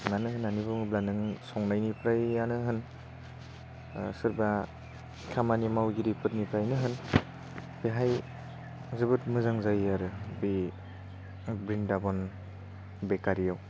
मानो होननानै बुङोब्ला नों संनायनिफ्रायआनो होन सोरबा खामानि मावगिरिफोरनिफ्रायनो होन बेहाय जोबोद मोजां जायो आरो बे ब्रिन्दाबन बेकारियाव